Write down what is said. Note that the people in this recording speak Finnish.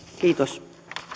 kiitos